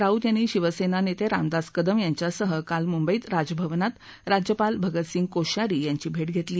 राऊत यांनी शिवसेना नेते रामदास कदम यांच्यासह काल मुंबईत राजभवनात राज्यपाल भगतसिंह कोश्यारी यांची भेट घेतली